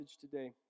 today